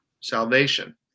salvation